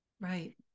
Right